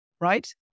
right